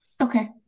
Okay